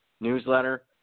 newsletter